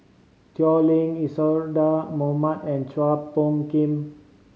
Tao Li Isadhora Mohamed and Chua Phung Kim